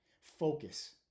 focus